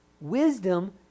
Wisdom